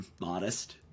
modest